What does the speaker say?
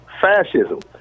fascism